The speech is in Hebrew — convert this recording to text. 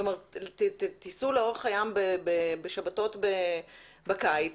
כלומר, סעו לאורך הים בשבתות בקיץ